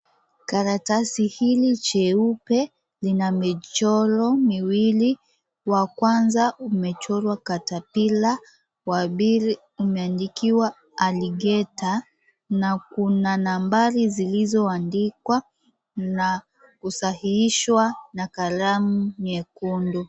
Karatasi hili cheupe lina michoro miwili. Wa kwanza umechorwa katapila, wa pili umeandikiwa aligeta na kuna nambari zilizowandikwa na kusahihishwa na kalamu nyekundu.